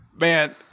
Man